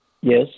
Yes